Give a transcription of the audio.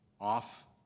off